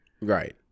Right